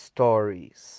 Stories